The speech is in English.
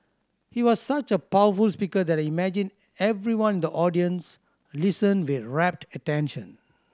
he was such a powerful speaker that imagine everyone in the audience listened with rapted attention